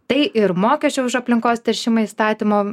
tai ir mokesčio už aplinkos teršimą įstatymo